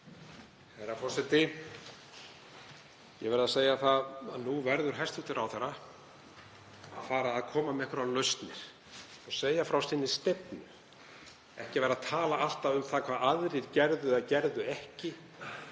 Herra forseti. Ég verð að segja það að nú verður hæstv. ráðherra fara að koma með einhverjar lausnir og segja frá sinni stefnu, ekki að vera að tala alltaf um það hvað aðrir gerðu eða gerðu ekki.